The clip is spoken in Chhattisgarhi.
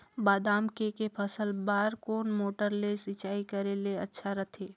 बादाम के के फसल बार कोन मोटर ले सिंचाई करे ले अच्छा रथे?